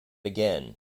again